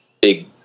big